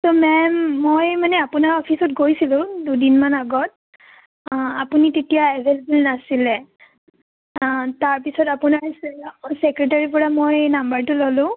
ত' ma'am মই মানে আপোনাৰ অফিচত গৈছিলোঁ দুদিনমান আগত আপুনি তেতিয়া এভেইলেবল নাছিলে তাৰপিছত আপোনাৰ ছেক্ৰেটৰীৰ পৰা মই নাম্বাৰটো ল'লোঁ